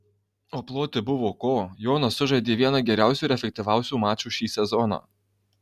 o ploti buvo ko jonas sužaidė vieną geriausių ir efektyviausių mačų šį sezoną